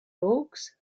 logs